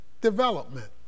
development